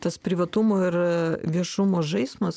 tas privatumo ir viešumo žaismas